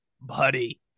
Buddy